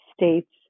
states